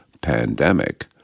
pandemic